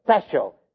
special